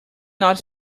not